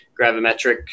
gravimetric